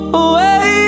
away